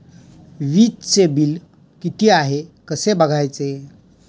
वीजचे बिल किती आहे कसे बघायचे?